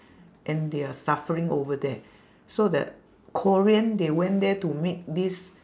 and they are suffering over there so the korean they went there to make this